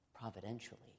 providentially